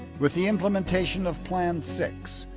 with the implementation of plan six,